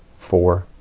four,